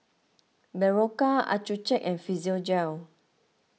Berocca Accucheck and Physiogel